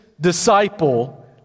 disciple